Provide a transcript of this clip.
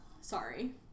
Sorry